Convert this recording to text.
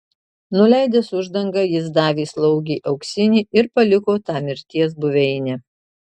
nuleidęs uždangą jis davė slaugei auksinį ir paliko tą mirties buveinę